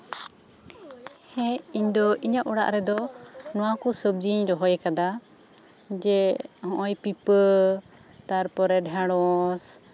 ᱦᱮᱸ ᱤᱧᱟᱹᱜ ᱚᱲᱟᱜ ᱚᱲᱟᱜ ᱨᱮᱫᱚ ᱱᱚᱣᱟ ᱠᱚ ᱥᱚᱵᱡᱤᱧ ᱨᱚᱦᱚᱭ ᱠᱟᱫᱟ ᱡᱮ ᱱᱚᱜ ᱚᱭ ᱯᱤᱯᱟᱹ ᱛᱟᱨᱯᱚᱨᱮ ᱰᱷᱮᱸᱲᱚᱥ